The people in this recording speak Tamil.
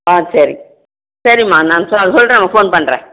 ஆ சரி சரிமா நான் சொல்கிறேன் ஃபோன் பண்ணுறேன்